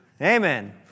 Amen